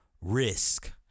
risk